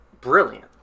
brilliant